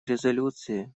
резолюции